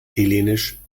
hellenisch